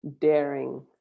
daring